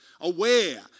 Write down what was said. Aware